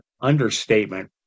understatement